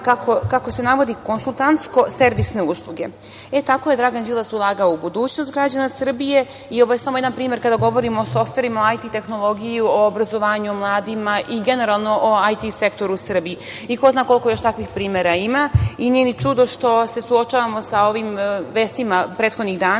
kako se navodi, konsultantsko-servisne usluge. Tako je Dragan Đilas ulagao u budućnost građana Srbije. Ovo je samo jedan primer kada govorimo o softverima IT tehnologije, obrazovanju mladih i generalno o IT sektoru u Srbiji. Ko zna koliko još takvih primera ima? Nije ni čudo što se suočavamo sa ovim vestima prethodnih dana,